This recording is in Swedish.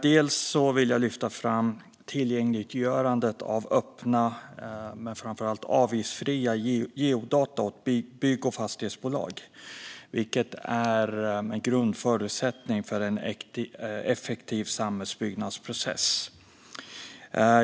Jag vill lyfta fram tillgängliggörandet av öppna och framför allt avgiftsfria geodata åt bygg och fastighetsbolag. Det är en grundförutsättning för en effektiv samhällsbyggnadsprocess.